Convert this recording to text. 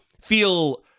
feel